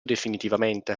definitivamente